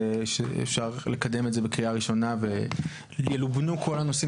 שאפשר לקדם את זה בקריאה הראשונה וילובנו כל הנושאים